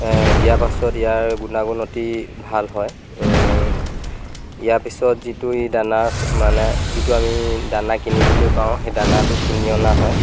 দিয়াৰ পিছত ইয়াৰ গুণাগুণ অতি ভাল হয় ইয়াৰ পিছত যিটো ই দানা মানে যিটো আমি দানা কিনিবলৈ পাওঁ সেই দানাটো কিনি অনা হয়